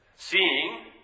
Seeing